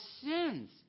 sins